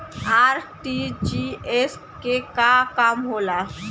RTGS के का काम होला?